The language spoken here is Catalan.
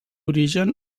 origen